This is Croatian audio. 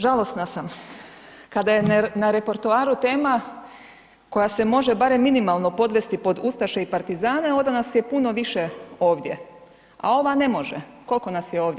Žalosna sam kada je na repertoaru tema koja se može barem minimalno podvesti pod ustaše i partizane, onda na je puno više ovdje a ova ne može, koliko nas ovdje?